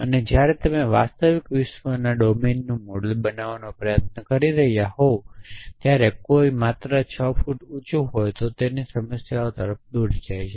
અને જ્યારે તમે વાસ્તવિક વિશ્વના ડોમેન્સનું મોડેલ બનાવવાનો પ્રયાસ કરી રહ્યાં હોવ ત્યારે કોઈ માત્ર 6 ફુટ ઉંચું હોય તો તે સમસ્યાઓ તરફ દોરી જાય છે